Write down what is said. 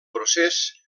procés